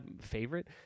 favorite